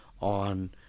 on